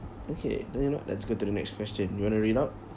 okay then you know let's go to the next question you want to read out